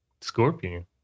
scorpion